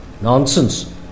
nonsense